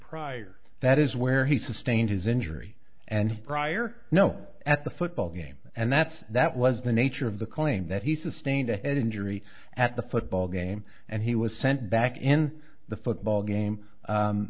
prior that is where he sustained his injury and prior no at the football game and that's that was the nature of the claim that he sustained a head injury at the football game and he was sent back in the football game